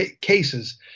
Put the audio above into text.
cases